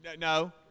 No